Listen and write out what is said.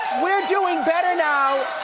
we're doing better now,